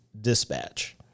Dispatch